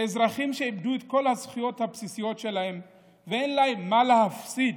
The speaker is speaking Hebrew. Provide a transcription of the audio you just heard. כאזרחים שאיבדו את כל הזכויות הבסיסיות שלהם ואין להם מה להפסיד,